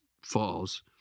falls